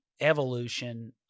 evolution